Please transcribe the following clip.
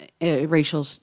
racial